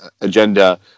agenda